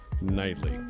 nightly